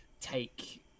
take